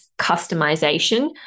customization